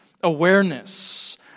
awareness